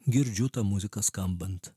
girdžiu tą muziką skambant